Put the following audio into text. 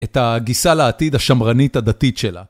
את הגיסה לעתיד השמרנית הדתית שלה.